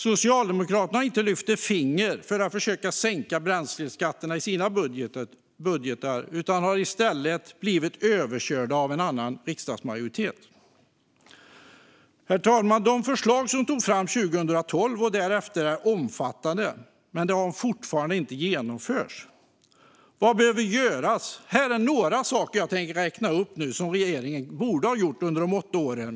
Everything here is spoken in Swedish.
Socialdemokraterna har inte lyft ett finger för att försöka sänka bränsleskatterna i sina budgetar utan har i stället blivit överkörd av en annan riksdagsmajoritet. Herr talman! De förslag som togs fram 2012 och därefter är omfattande, men de har fortfarande inte genomförts. Vad behöver göras? Här är några saker jag tänker räkna upp som regeringen borde ha gjort under de åtta åren.